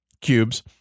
cubes